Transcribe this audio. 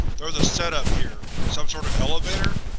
there's a setup here some sort of elevator?